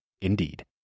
Indeed